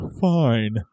fine